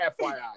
FYI